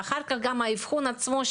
ואחר כך גם האבחון עצמו,